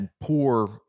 poor